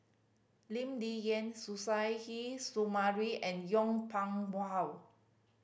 Lee Ling Yen Suzairhe Sumari and Yong Pung How